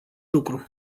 lucru